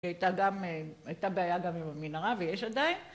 הייתה גם, הייתה בעיה גם עם המנהרה ויש עדיין.